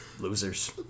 losers